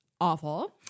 Awful